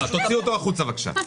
תוציאו אותו החוצה בבקשה.